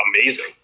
Amazing